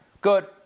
Good